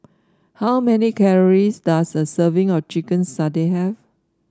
how many calories does a serving of Chicken Satay have